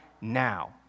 now